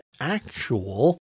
actual